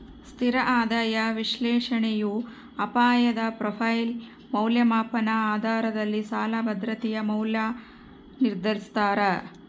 ಸ್ಥಿರ ಆದಾಯ ವಿಶ್ಲೇಷಣೆಯು ಅಪಾಯದ ಪ್ರೊಫೈಲ್ ಮೌಲ್ಯಮಾಪನ ಆಧಾರದಲ್ಲಿ ಸಾಲ ಭದ್ರತೆಯ ಮೌಲ್ಯ ನಿರ್ಧರಿಸ್ತಾರ